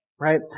Right